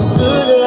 good